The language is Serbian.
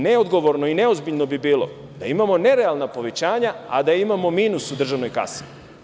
Neodgovorno i neozbiljno bi bilo da imamo nerealna povećanja, a da imamo minus u državnoj kasi.